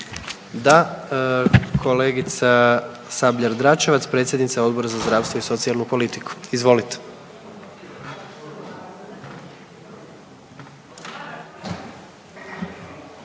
Da. Kolegica Sabljar Dračevac, predsjednica Odbora za zdravstvo i socijalnu politiku, izvolite.